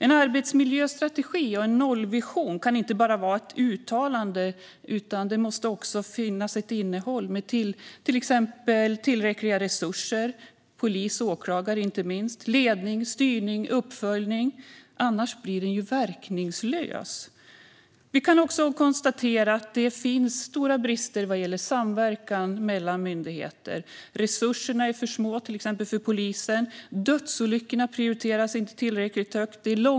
En arbetsmiljöstrategi och en nollvision kan inte bara vara ett uttalande, utan det måste också finnas ett innehåll. Det kan handla om tillräckliga resurser och inte minst polis och åklagare. Ledning, styrning och uppföljning behövs, för annars blir detta verkningslöst. Vi kan också konstatera att det finns stora brister i samverkan mellan myndigheter. Exempelvis är resurserna för polisen för små. Dödsolyckorna prioriteras inte tillräckligt högt.